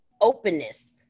openness